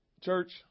Church